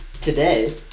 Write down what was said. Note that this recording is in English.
today